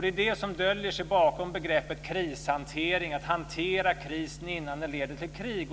Det är detta som döljer sig bakom begreppet krishantering. Det handlar alltså om att hantera en kris innan den leder till krig.